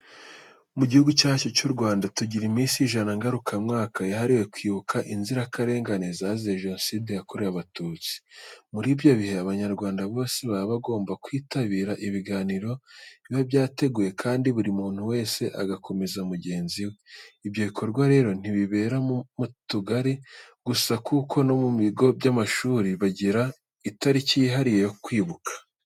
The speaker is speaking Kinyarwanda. Mu gihugu cyacu cy'u Rwanda tugira iminsi ijana ngaruka mwaka yahariwe kwibuka inzirakarengane zazize Jenoside yakorewe Abatutsi. Muri ibyo bihe Abanyarwanda bose baba bagomba kwitabira ibiganiro biba byateguwe kandi buri muntu wese agakomeza mugenzi we. Ibyo bikorwa rero ntibibera mu biturage gusa kuko no mu bigo by'amashuri bagira itariki yihariye yo kwibuka.